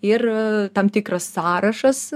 ir tam tikras sąrašas